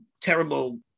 terrible